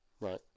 Right